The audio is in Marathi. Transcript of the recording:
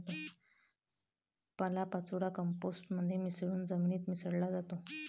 पालापाचोळा कंपोस्ट मध्ये मिसळून जमिनीत मिसळला जातो